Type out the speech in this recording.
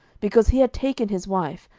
because he had taken his wife,